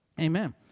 Amen